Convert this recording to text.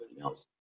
else